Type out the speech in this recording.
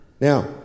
Now